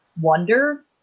wonder